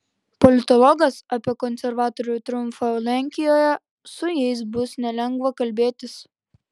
politologas apie konservatorių triumfą lenkijoje su jais bus nelengva kalbėtis